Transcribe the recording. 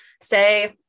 say